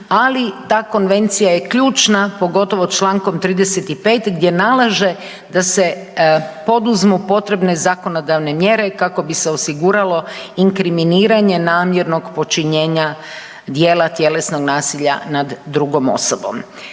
ali ta konvencija je ključna pogotovo čl. 35. gdje nalaže da se poduzmu potrebne zakonodavne mjere kako bi se osiguralo inkriminiranje namjernog počinjenja djela tjelesnog nasilja nad drugom osobom.